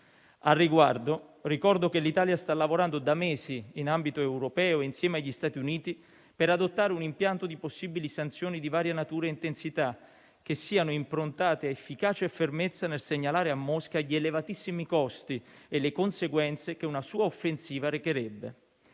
Al riguardo, ricordo che l'Italia sta lavorando da mesi in ambito europeo, insieme agli Stati Uniti, per adottare un impianto di possibili sanzioni di varia natura e intensità, che siano improntate a efficacia e fermezza nel segnalare a Mosca gli elevatissimi costi e le conseguenze che una sua offensiva recherebbe.